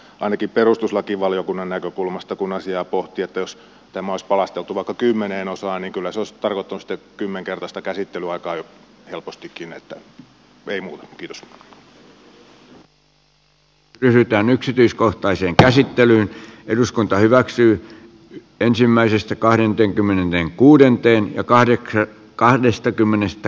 ainakin kun asiaa pohtii perustuslakivaliokunnan näkökulmasta että jos tämä olisi palasteltu vaikka kymmeneen osaan niin kyllä se olisi tarkoittanut sitten kymmenkertaista käsittelyaikaa helpostikin